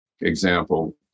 example